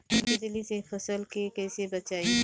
तितली से फसल के कइसे बचाई?